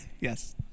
Yes